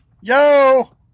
yo